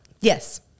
Yes